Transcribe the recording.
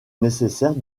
nécessaire